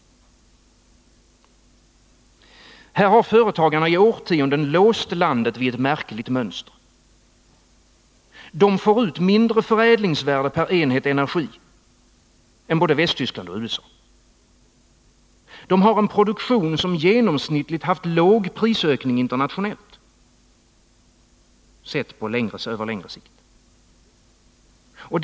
Här har företagarna i årtionden låst landet vid ett märkligt mönster. De får ut mindre förädlingsvärde per enhet energi än både Västtyskland och USA. De har en produktion som genomsnittligt har haft låg prisökning internationellt, sett i ett längre perspektiv.